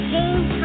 James